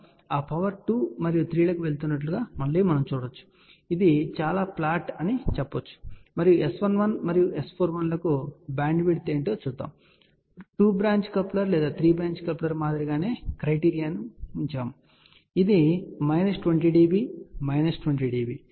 కాబట్టి ఆ పవర్ 2 మరియు 3 లకు వెళుతున్నట్లు మనం మళ్ళీ చూడవచ్చు ఇది చాలా ఫ్లాట్ అని మీరు చెప్పవచ్చు మరియు S11 మరియు S41 లకు బ్యాండ్విడ్త్ ఏమిటో ఇప్పుడు చూద్దాం మనము 2 బ్రాంచ్ కప్లర్ లేదా 3 బ్రాంచ్ కప్లర్ల మాదిరిగానే క్రైటీరియా ను ఉంచాము ఇది మైనస్ 20dBమైనస్ 20 dB